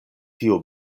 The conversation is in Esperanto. tiu